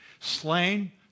Slain